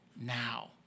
now